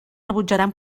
rebutjaran